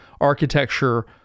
architecture